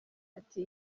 ati